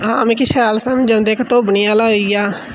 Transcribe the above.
हां मिकी शैल समझ ओंदे इक धोबने आला होई गेआ